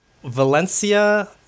Valencia